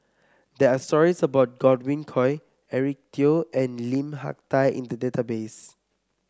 there are stories about Godwin Koay Eric Teo and Lim Hak Tai in the database